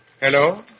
Hello